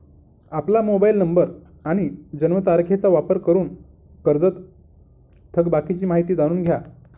आपला mobile number आणि जन्मतारखेचा वापर करून कर्जत थकबाकीची माहिती जाणून घ्या